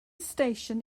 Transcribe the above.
station